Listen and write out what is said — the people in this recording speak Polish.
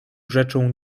rzeczą